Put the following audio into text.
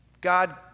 God